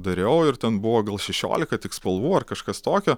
dariau ir ten buvo gal šešiolika tik spalvų ar kažkas tokio